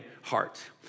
heart